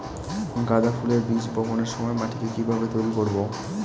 গাদা ফুলের বীজ বপনের সময় মাটিকে কিভাবে তৈরি করব?